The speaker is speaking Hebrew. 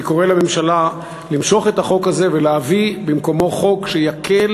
אני קורא לממשלה למשוך את החוק הזה ולהביא במקומו חוק שיקל